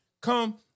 come